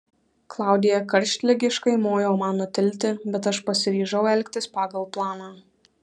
klaudija karštligiškai mojo man nutilti bet aš pasiryžau elgtis pagal planą